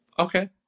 Okay